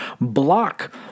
block